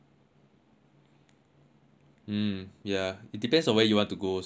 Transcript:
mm ya it depends on where you want to go also lah